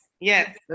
Yes